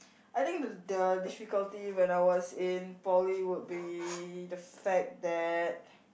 I think the the difficulty when I was in Poly would be the fact that